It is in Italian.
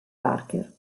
parker